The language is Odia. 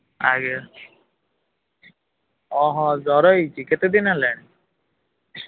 ଆଜ୍ଞା ଜର ହେଇଛି କେତେ ଦିନ ହେଲାଣି